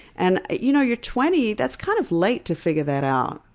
and you know you're twenty, that's kind of late to figure that out.